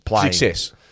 success